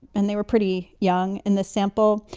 and they were pretty young in the sample.